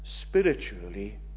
spiritually